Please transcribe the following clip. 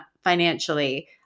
financially